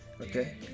Okay